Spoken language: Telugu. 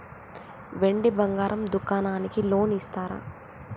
వెండి బంగారం దుకాణానికి లోన్ ఇస్తారా?